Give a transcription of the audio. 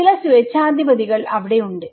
ചില സ്വേച്ഛാധിപതികൾ അവിടെയുണ്ട്